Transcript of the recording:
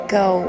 go